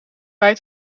bij